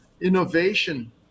innovation